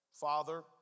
Father